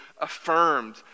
affirmed